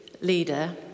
leader